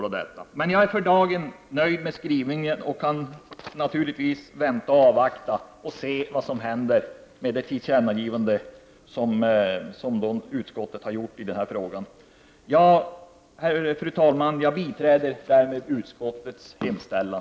För dagen är jag ändå nöjd med utskottets skrivning, och jag kan naturligtvis avvakta och se vad som händer med det tillkännagivande som utskottet anser att riksdagen bör göra. Fru talman! Härmed biträder jag utskottets hemställan.